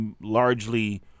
largely